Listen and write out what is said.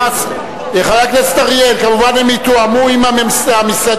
חבר הכנסת אריאל, כמובן הם יתואמו עם המשרדים?